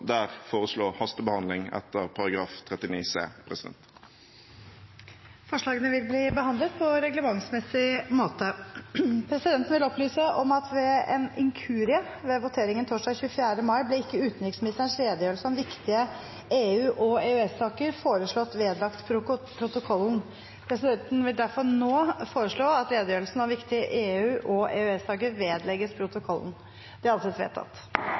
der foreslå hastebehandling etter § 39c. Forslagene vil bli behandlet på reglementsmessig måte. Presidenten vil opplyse om at ved en inkurie ved voteringen torsdag 24. mai ble ikke utenriksministerens redegjørelse om viktige EU- og EØS-saker foreslått vedlagt protokollen. Presidenten vil derfor nå foreslå at redegjørelsen om viktige EU- og EØS-saker vedlegges protokollen. – Det anses vedtatt.